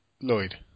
Lloyd